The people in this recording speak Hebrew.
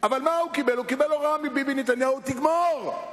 אבל הוא קיבל הוראה מביבי נתניהו: תגמור.